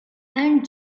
and